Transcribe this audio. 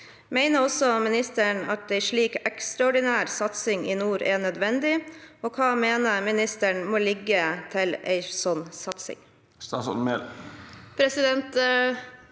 Mener også ministeren at en slik ekstraordinær satsing i nord er nødvendig, og hva mener ministeren må ligge til en slik satsing?